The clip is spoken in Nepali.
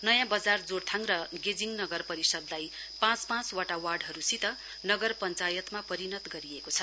नयाँ बजार जोरथाङ र गेजिङ नगर परिषदलाई पाँच पाँचवटा वार्डहरूसित नगर पश्चायतको परिणत गरिएको छ